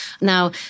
Now